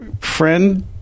Friend